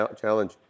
challenge